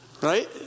Right